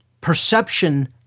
perception